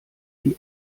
die